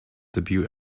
debut